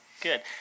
good